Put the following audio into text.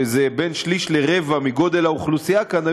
שזה בין שליש לרבע מגודל האוכלוסייה כאן,